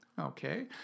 Okay